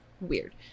Weird